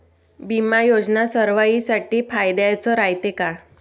बिमा योजना सर्वाईसाठी फायद्याचं रायते का?